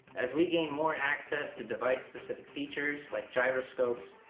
as we gain more access to device specific features like gyroscopes,